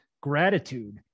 gratitude